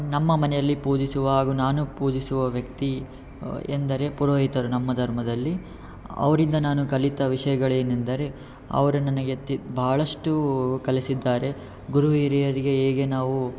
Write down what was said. ನಮ್ಮ ಮನೆಯಲ್ಲಿ ಪೂಜಿಸುವ ಹಾಗು ನಾನು ಪೂಜಿಸುವ ವ್ಯಕ್ತಿ ಎಂದರೆ ಪುರೋಹಿತರು ನಮ್ಮ ಧರ್ಮದಲ್ಲಿ ಅವರಿಂದ ನಾನು ಕಲಿತ ವಿಷಯಗಳು ಏನೆಂದರೆ ಅವರು ನನ್ನ ಎತ್ತಿ ಭಾಳಷ್ಟು ಕಲಿಸಿದ್ದಾರೆ ಗುರು ಹಿರಿಯರಿಗೆ ಹೇಗೆ ನಾವು